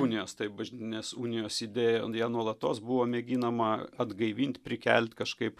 unijos taip bažnytinės unijos idėja ją nuolatos buvo mėginama atgaivint prikelt kažkaip